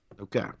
Okay